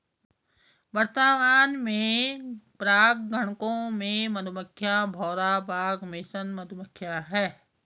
वर्तमान में परागणकों में मधुमक्खियां, भौरा, बाग मेसन मधुमक्खियाँ है